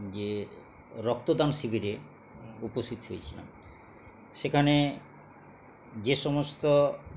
যে রক্তদান শিবিরে উপস্থিত হয়েছিলাম সেখানে যে সমস্ত